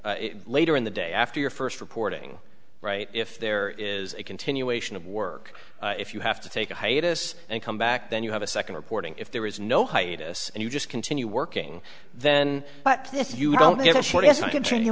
to later in the day after your first reporting right if there is a continuation of work if you have to take a hiatus and come back then you have a second reporting if there is no hiatus and you just continue working then but this you don't g